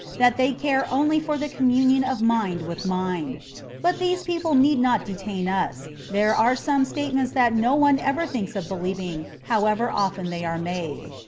that they care only for the communion of mind with mind but these people need not detain us. there are some state ments that no one ever thinks of believing, however often they are made.